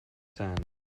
sand